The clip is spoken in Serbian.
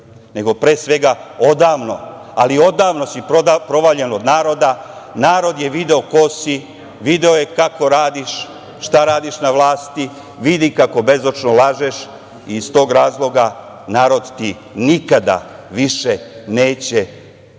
nego, pre svega, odavno, ali odavno si provaljen od naroda, narod je video ko si, video kako radiš, šta radiš na vlasti, vidi kako bezočno lažeš. Iz tog razloga narod ti nikada više neće